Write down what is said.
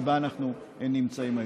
שבה אנחנו נמצאים היום.